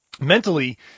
mentally